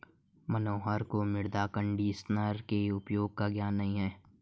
मनोहर को मृदा कंडीशनर के उपयोग का ज्ञान नहीं है